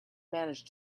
manage